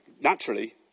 Naturally